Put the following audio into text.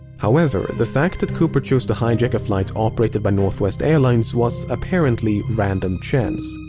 however, the fact that cooper chose to hijack a flight operated by northwest airlines was apparently random chance.